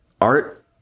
art